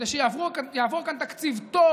כדי שיעבור כאן תקציב טוב,